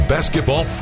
basketball